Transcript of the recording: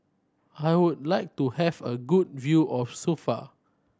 I would like to have a good view of Suva